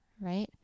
right